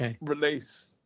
release